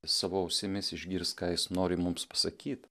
savo ausimis išgirst ką jis nori mums pasakyt